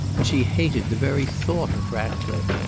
and she hated the very thought of ratcliffe.